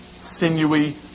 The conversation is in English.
sinewy